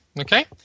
okay